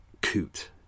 coot